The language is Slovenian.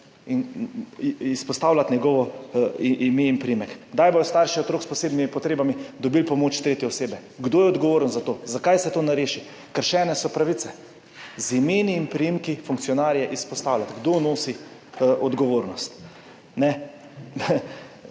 izpostavljati njegova ime in priimek. Kdaj bodo starši otrok s posebnimi potrebami dobili pomoč tretje osebe? Kdo je odgovoren za to? Zakaj se tega ne reši? Kršene so pravice. Z imeni in priimki funkcionarje izpostavljati, kdo nosi odgovornost.